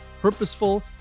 purposeful